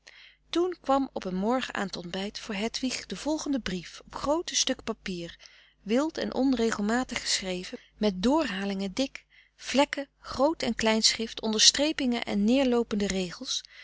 toen kwam op een morgen aan t ontbijt voor hedwig frederik van eeden van de koele meren des doods de volgende brief op groote stukken papier wild en onregelmatig geschreven met doorhalingen dik vlekken groot en klein schrift onderstrepingen en neerloopende regels